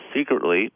secretly